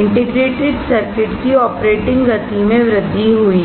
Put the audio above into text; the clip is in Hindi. इंटीग्रेटेड सर्किट की ऑपरेटिंग गति में वृद्धि हुई है